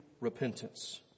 repentance